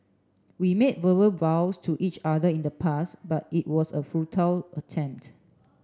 we made verbal vows to each other in the past but it was a futile attempt